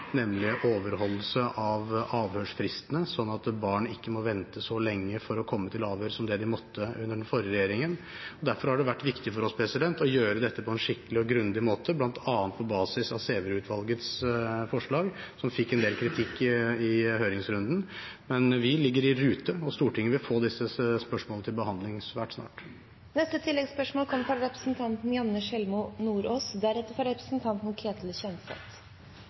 nemlig overholdelse av avhørsfristene, sånn at barn ikke må vente så lenge for å komme til avhør som de måtte under den forrige regjeringen. Derfor har det vært viktig for oss å gjøre dette på en skikkelig og grundig måte, bl.a. på basis av Sæverud-utvalgets forslag, som fikk en del kritikk i høringsrunden. Men vi ligger i rute, og Stortinget vil få disse spørsmålene til behandling svært snart.